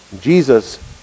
Jesus